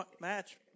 match